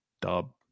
Dub